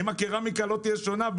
האם הקרמיקה באירופה לא תהיה שונה?